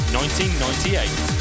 1998